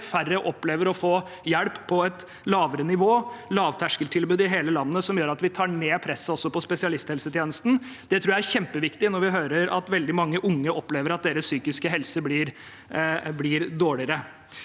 flere opplever å få hjelp på et lavere nivå – med lavterskeltilbud i hele landet – slik at vi tar ned presset på spesialisthelsetjenesten. Det tror jeg er kjempeviktig, når vi hører at veldig mange unge opplever at deres psykiske helse blir dårligere.